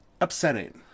upsetting